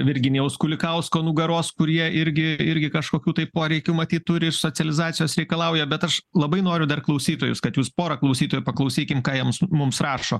virginijaus kulikausko nugaros kurie irgi irgi kažkokių tai poreikių matyt turi socializacijos reikalauja bet aš labai noriu dar klausytojus kad jūs pora klausytojų paklausykim ką jiems mums rašo